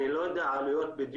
אני לא יודע עלויות בדיוק,